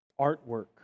Artwork